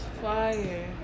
fire